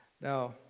Now